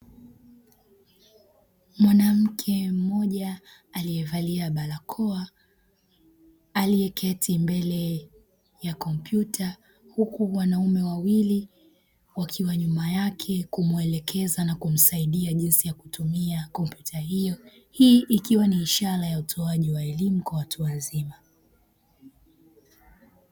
Mwanamke mmoja aliyevalia barakoa, aliyeketi mbele ya kompyuta huku wanaume wawili wakiwa nyuma yake kumuelekeza na kumsaidia jinsi ya kutumia kompyuta hiyo. Hii ikiwa ni ishara ya utoaji wa elimu kwa watu wazima.